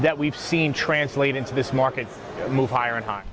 that we've seen translate into this market move higher and higher